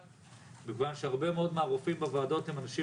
מכיוון שהרבה מאוד מהרופאים בוועדות הם אנשים